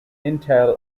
intel